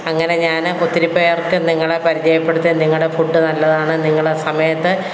അങ്ങനെ ഞാൻ ഒത്തിരി പേർക്ക് നിങ്ങളെ പരിചയപ്പെടുത്തുകയും നിങ്ങളുടെ ഫുഡ് നല്ലതാണ് നിങ്ങൾ സമയത്ത്